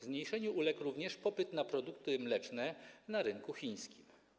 Zmniejszeniu uległ również popyt na produkty mleczne na rynku chińskim.